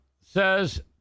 says